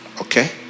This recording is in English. Okay